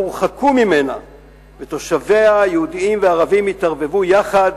הורחקו ממנה ותושביה היהודים והערבים התערבבו יחד